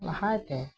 ᱞᱟᱦᱟᱭ ᱛᱮ